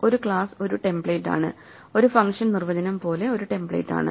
ഒരു ക്ലാസ് ഒരു ടെംപ്ലേറ്റാണ് ഒരു ഫംഗ്ഷൻ നിർവചനം പോലെ ഒരു ടെംപ്ലേറ്റ് ആണ്